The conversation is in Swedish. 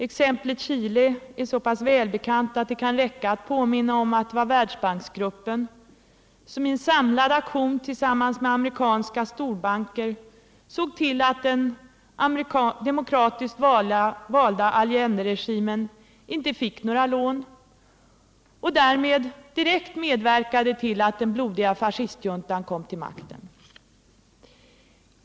Exemplet Chile är så pass välbekant att det kan räcka med att påminna om att det var Världsbanksgruppen som i en samlad aktion tillsammans med amerikanska storbanker såg till att den demokratiskt valda Allenderegimen inte fick några lån och därmed direkt medverkade till att den blodiga fascistjuntan kom till makten.